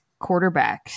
quarterbacks